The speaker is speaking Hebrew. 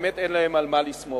באמת אין להן על מה לסמוך.